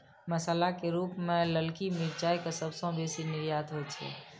मसाला के रूप मे ललकी मिरचाइ के सबसं बेसी निर्यात होइ छै